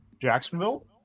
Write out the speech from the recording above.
Jacksonville